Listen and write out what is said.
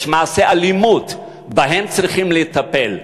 יש מעשי אלימות שבהם צריכים לטפל.